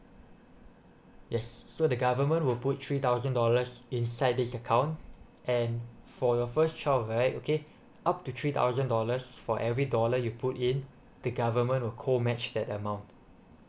yes so the government will put three thousand dollars inside this account and for your first child right okay up to three thousand dollars for every dollar you put in the government co match that amount